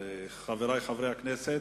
חברי חברי הכנסת,